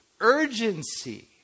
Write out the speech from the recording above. urgency